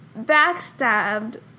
backstabbed